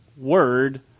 Word